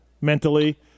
mentally